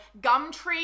gumtree